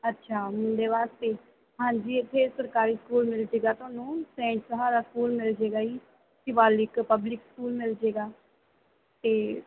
ਅੱਛਾ ਮੁੰਡੇ ਵਾਸਤੇ ਹਾਂਜੀ ਇੱਥੇ ਸਰਕਾਰੀ ਸਕੂਲ ਮਿਲ ਜਾਵੇਗਾ ਤੁਹਾਨੂੰ ਸੈਂਟ ਸਹਾਰਾ ਸਕੂਲ ਮਿਲ ਜਾਵੇਗਾ ਜੀ ਸ਼ਿਵਾਲਿਕ ਪਬਲਿਕ ਸਕੂਲ ਮਿਲ ਜਾਵੇਗਾ ਅਤੇ